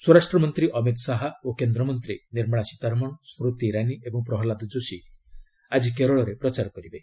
ସ୍ୱରାଷ୍ଟ୍ରମନ୍ତ୍ରୀ ଅମିତ ଶାହା ଓ କେନ୍ଦ୍ରମନ୍ତ୍ରୀ ନିର୍ମଳା ସୀତାରମଣ ସ୍କୁତି ଇରାନୀ ଏବଂ ପ୍ରହ୍ଲାଦ ଯୋଶୀ ଆଜି କେରଳରେ ପ୍ରଚାର କରିବେ